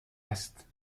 است